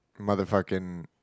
motherfucking